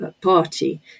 Party